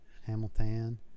Hamilton